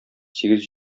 сигез